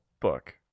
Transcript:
book